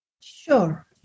Sure